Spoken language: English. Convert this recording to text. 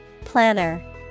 Planner